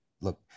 Look